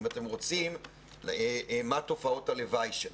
אם אתם רוצים, מה תופעות הלוואי שלה.